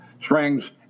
strings